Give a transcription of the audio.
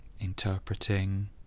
interpreting